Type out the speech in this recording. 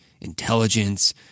intelligence